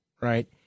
Right